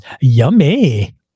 Yummy